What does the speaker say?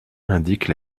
indiquent